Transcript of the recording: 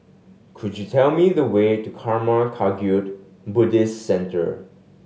could you tell me the way to Karma Kagyud Buddhist Centre